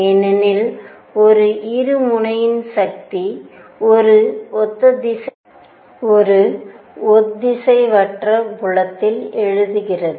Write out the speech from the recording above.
ஏனெனில் ஒரு இருமுனையின் சக்தி ஒரு ஒத்திசைவற்ற புலத்தில் எழுகிறது